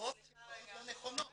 עובדות שהן פשוט לא נכונות.